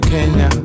Kenya